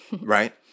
right